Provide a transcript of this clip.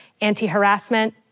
anti-harassment